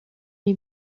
lui